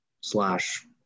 slash